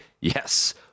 Yes